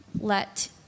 Let